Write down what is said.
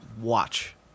watch